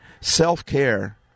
self-care